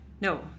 No